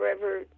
forever